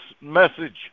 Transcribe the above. message